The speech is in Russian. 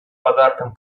подарком